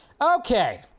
Okay